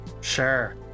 Sure